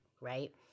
right